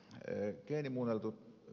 siten tästä gmosta